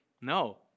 no